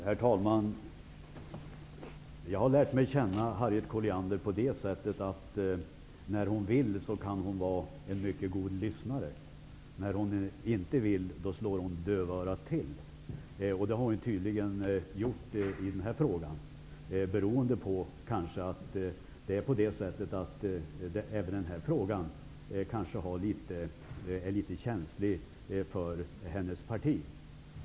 Herr talman! Jag har lärt känna Harriet Colliander så till vida att hon, när hon så vill, kan vara en mycket god lyssnare. Men när hon inte vill lyssna slår hon dövörat till, vilket hon tydligen har gjort i den här frågan, kanske beroende på att den här frågan är litet känslig för hennes parti.